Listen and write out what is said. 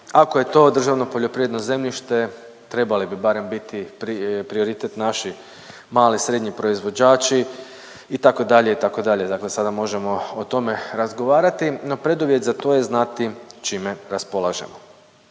ako je to državno poljoprivredno zemljište trebali bi barem biti prioritet naši mali i srednji proizvođači itd., itd. Dakle, sada možemo o tome razgovarati no preduvjet je za to znati čime raspolažemo.